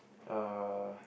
uh